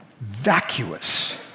vacuous